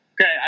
Okay